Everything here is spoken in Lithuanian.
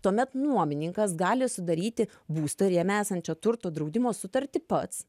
tuomet nuomininkas gali sudaryti būsto ir jame esančio turto draudimo sutartį pats